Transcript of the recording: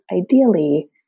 ideally